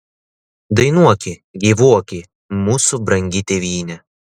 dainuoki gyvuoki mūsų brangi tėvyne